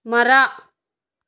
ಮರ